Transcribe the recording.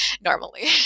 normally